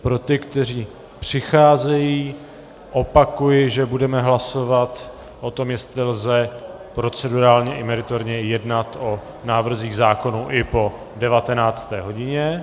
Pro ty, kteří přicházejí, opakuji, že budeme hlasovat o tom, jestli lze procedurálně i meritorně jednat o návrzích zákonů i po 19. hodině.